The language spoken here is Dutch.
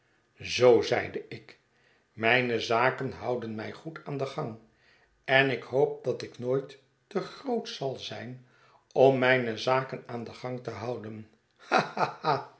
zoo zeide ik mijne zaken houden mij goed aan den gang en ik hoop dat ik nooit te grootsch zai zijn om mijne zaken aan den gang te houden